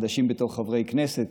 החדשים בתור חברי כנסת,